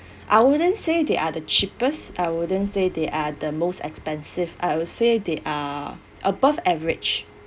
I wouldn't say they are the cheapest I wouldn't say they are the most expensive I would say they are above average